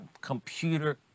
computer